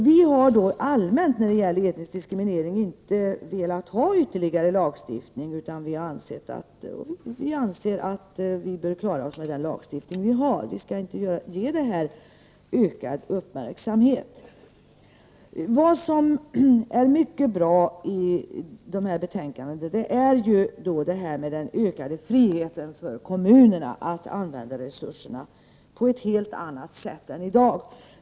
Vi moderater har allmänt sett när det gäller etnisk diskriminering inte velat ha ytterligare lagstiftning, utan vi anser att det går att klara sig med den lagstiftning som finns och att detta inte skall ges ökad uppmärksamhet. Något som är mycket bra i dagens betänkande är förslaget om en ökad frihet för kommunerna att använda resurserna på ett helt annat sätt än i dag.